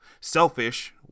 selfish